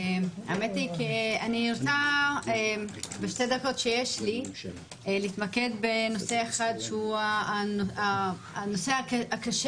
אני רוצה בשתי הדקות שיש לי להתמקד בנושא אחד שהוא הנושא הקשה